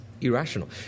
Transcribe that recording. irrational